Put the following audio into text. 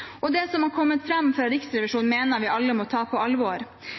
og det som har kommet fram fra Riksrevisjonen, mener vi at alle må ta på alvor.